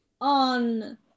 on